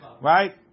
Right